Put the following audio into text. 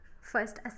first